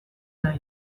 naiz